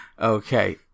Okay